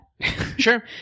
Sure